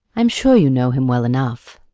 i am sure you know him well enough.